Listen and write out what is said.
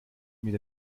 mir